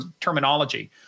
terminology